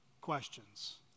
questions